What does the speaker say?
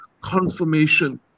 Confirmation